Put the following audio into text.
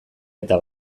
eta